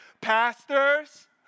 pastors